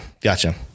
Gotcha